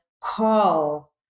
call